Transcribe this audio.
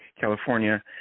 California